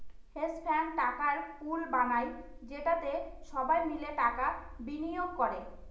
hedge fund টাকার pool বানায় যেটাতে সবাই মিলে টাকা বিনিয়োগ করে